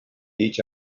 each